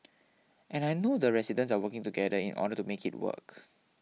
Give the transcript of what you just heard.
and I know the residents are working together in order to make it work